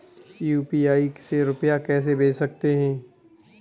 UPI से रुपया कैसे भेज सकते हैं?